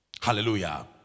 Hallelujah